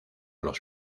los